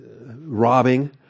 robbing